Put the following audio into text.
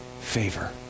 favor